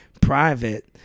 private